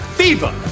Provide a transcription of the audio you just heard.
fever